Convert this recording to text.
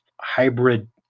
hybrid